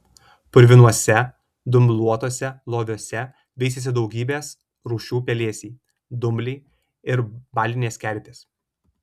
purvinuose dumbluotuose loviuose veisėsi daugybės rūšių pelėsiai dumbliai ir balinės kerpės